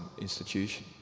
institution